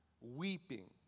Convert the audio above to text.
Weeping